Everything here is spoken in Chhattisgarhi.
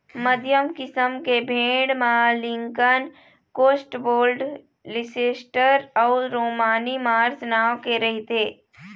मध्यम किसम के भेड़ म लिंकन, कौस्टवोल्ड, लीसेस्टर अउ रोमनी मार्स नांव के रहिथे